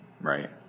Right